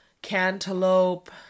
cantaloupe